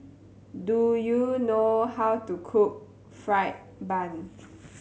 do you know how to cook fried bun